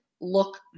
Look